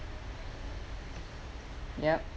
yup